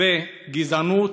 כתבי גזענות,